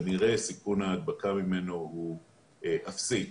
כנראה סיכון ההדבקה ממנו הוא אפסי.